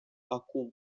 acum